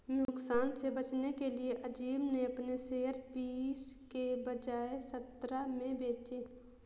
नुकसान से बचने के लिए अज़ीम ने अपने शेयर बीस के बजाए सत्रह में बेचे